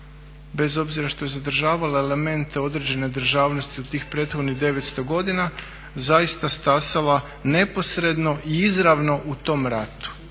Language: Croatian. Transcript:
bez obzira što je zadržavala elemente određene državnosti u tih prethodnih 900 godina, zaista stasala neposredno i izravno u tom ratu.